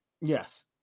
Yes